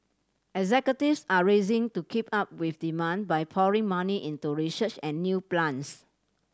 executives are racing to keep up with demand by pouring money into research and new plants